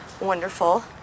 wonderful